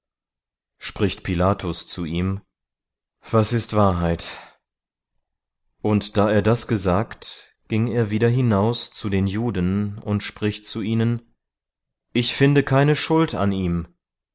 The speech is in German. spricht pilatus zu ihm was ist wahrheit und da er das gesagt ging er wieder hinaus zu den juden und spricht zu ihnen ich finde keine schuld an ihm